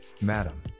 madam